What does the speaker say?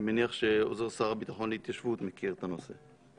אני מניח שעוזר שר הביטחון להתיישבות מכיר את הנושא.